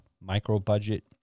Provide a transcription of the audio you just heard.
micro-budget